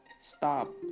stop